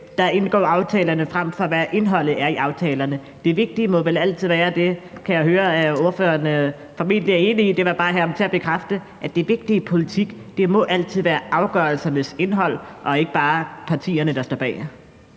der indgår aftalerne, frem for, hvad indholdet er i aftalerne. Det vigtige i politik må vel altid være – det kan jeg høre ordføreren formentlig er enig i, og det vil jeg bare have ham til at bekræfte – afgørelsernes indhold og ikke bare partierne, der står bag.